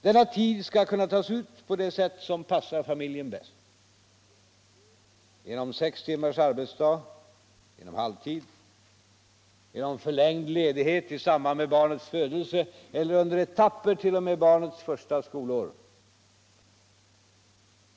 Denna tid skall kunna tas ut på det sätt som passar familjen bäst: genom sex timmars arbetsdag, genom halvtid, genom förlängd ledighet i samband med barnets födelse eller under etapper t.o.m. barnets första skolår.